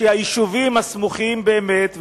שהיישובים הסמוכים באמת,